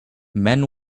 men